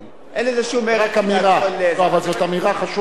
זה רק אמירה, אבל זאת אמירה חשובה.